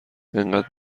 انقدر